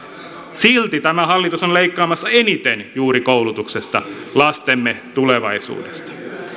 silti tämä hallitus on leikkaamassa eniten juuri koulutuksesta lastemme tulevaisuudesta